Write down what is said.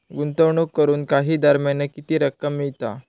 गुंतवणूक करून काही दरम्यान किती रक्कम मिळता?